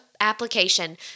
application